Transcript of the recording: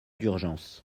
d’urgence